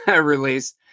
release